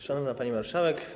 Szanowna Pani Marszałek!